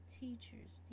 teachers